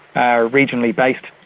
are regionally based.